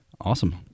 Awesome